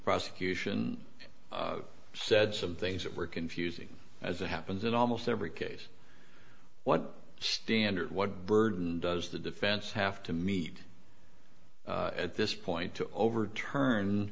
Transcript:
prosecution said some things that were confusing as it happens in almost every case what standard what burden does the defense have to meet at this point to overturn